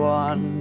one